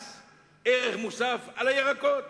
מס ערך מוסף על הירקות.